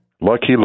Lucky